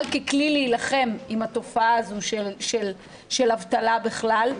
ככלי להילחם עם התופעה הזו של אבטלה בכלל,